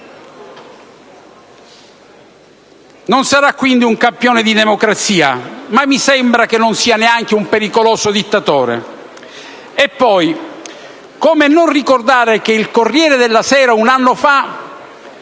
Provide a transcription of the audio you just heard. Non sarà quindi un campione di democrazia, ma mi sembra che non sia neanche un pericoloso dittatore. E poi, come non ricordare che il «Corriere della sera» un anno fa